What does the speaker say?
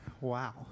Wow